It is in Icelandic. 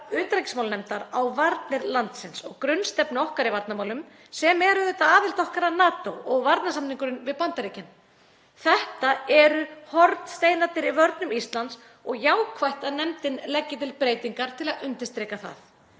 Þetta eru hornsteinarnir í vörnum Íslands og jákvætt að nefndin leggi til breytingar til að undirstrika það.